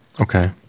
Okay